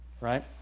Right